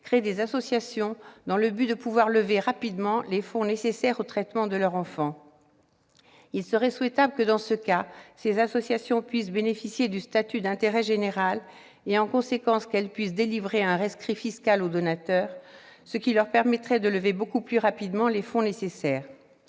créent des associations dans le but de pouvoir lever rapidement les fonds nécessaires au traitement de leur enfant. Il serait souhaitable que ces associations puissent bénéficier du statut d'intérêt général et, en conséquence, qu'elles puissent délivrer un rescrit fiscal aux donateurs, ce qui leur permettrait de lever beaucoup plus rapidement les fonds nécessaires.